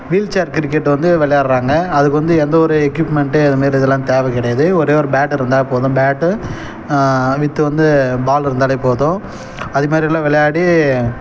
wheel chair cricket வந்து விளையாட்றாங்க அதுக்கு வந்து எந்த ஒரு எக்யூப்மெண்ட்டு அது மாரி இதெல்லாம் தேவை கிடையாது ஒரே ஒரு பேட் இருந்தால் போதும் பேட்டு விற்று வந்து பால் இருந்தாலே போதும் அது மாரியெல்லாம் விளையாடி